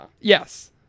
Yes